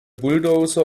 bulldozer